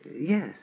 Yes